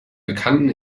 bekannten